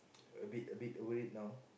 a bit a bit worried now